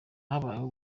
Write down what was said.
habayeho